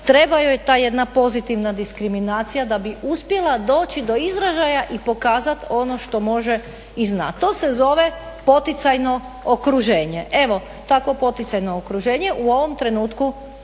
treba joj ta jedna pozitivna diskriminacija da bi uspjela doći do izražaja i pokazati ono što može i zna, to se zove poticajno okruženje. Evo takvo poticajno okruženje u ovom trenutku